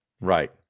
right